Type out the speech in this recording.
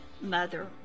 Mother